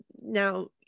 now